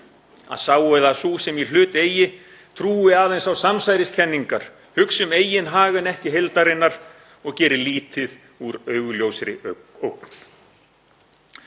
að sá eða sú sem í hlut eigi trúi aðeins á samsæriskenningar, hugsi um eigin hag en ekki heildarinnar og geri lítið úr augljósri ógn.